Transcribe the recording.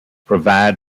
provide